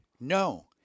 No